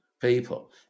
people